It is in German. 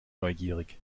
neugierig